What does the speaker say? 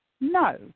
no